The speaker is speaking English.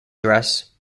dress